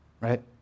right